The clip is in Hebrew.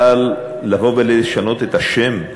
אבל לבוא ולשנות את השם?